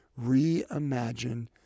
reimagine